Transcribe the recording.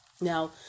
Now